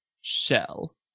shell